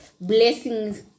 blessings